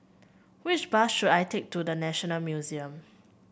which bus should I take to The National Museum